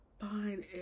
fine